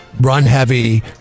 run-heavy